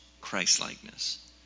Christlikeness